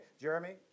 Jeremy